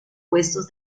puestos